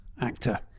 Actor